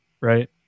right